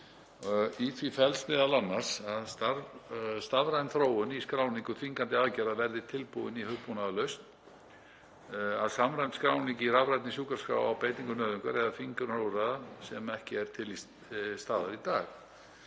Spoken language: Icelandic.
Í því felst m.a. að stafræn þróun í skráningu þvingandi aðgerða verði tilbúin í hugbúnaðarlausn, samræmd skráning í rafrænni sjúkraskrá á beitingu nauðungar eða þvingunarúrræða sem ekki er til staðar í dag.